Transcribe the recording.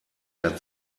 der